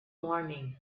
morning